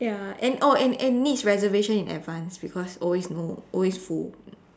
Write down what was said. ya and oh and and needs reservation in advanced because always no always full